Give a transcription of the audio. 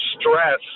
stress